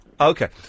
Okay